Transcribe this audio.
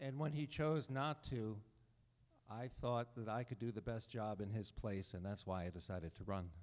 and when he chose not to i thought that i could do the best job in his place and that's why you decided to run